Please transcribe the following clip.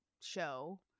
show